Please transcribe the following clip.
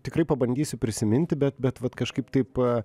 tikrai pabandysiu prisiminti bet bet vat kažkaip taip